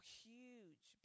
huge